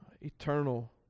eternal